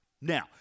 Now